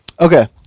Okay